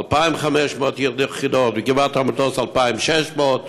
2,500 יחידות, בגבעת המטוס, 2,600,